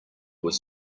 were